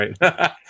right